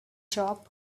job